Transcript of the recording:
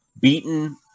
beaten